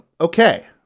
Okay